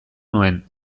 nuen